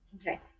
Okay